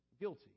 guilty